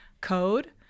code